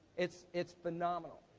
it's it's phenomenal.